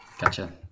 Gotcha